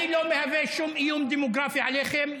אני לא מהווה שום איום דמוגרפי עליכם,